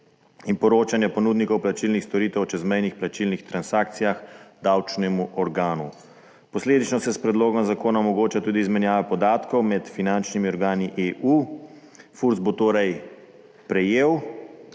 in poročanja ponudnikov plačilnih storitev o čezmejnih plačilnih transakcijah davčnemu organu. Posledično se s predlogom zakona omogoča tudi izmenjava podatkov med finančnimi organi EU. Furs bo torej prejel